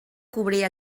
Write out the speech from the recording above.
cobrir